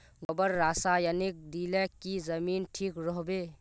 गोबर रासायनिक दिले की जमीन ठिक रोहबे?